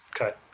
Okay